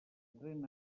tren